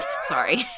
sorry